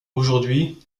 aujourd’hui